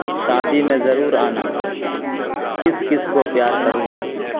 شادی میں ضرور آنا کس کس کو پیار کروں